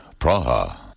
Praha